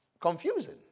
confusing